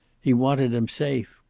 he wanted him safe.